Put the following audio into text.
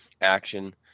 Action